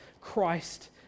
Christ